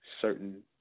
certain